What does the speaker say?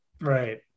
Right